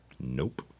Nope